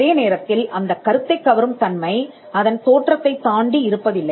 அதே நேரத்தில் அந்தக் கருத்தை கவரும் தன்மை அதன் தோற்றத்தைத் தாண்டி இருப்பதில்லை